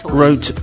wrote